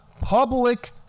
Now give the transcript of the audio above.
Public